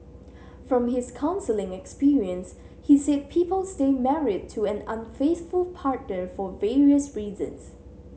from his counselling experience he said people stay married to an unfaithful partner for various reasons